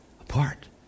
apart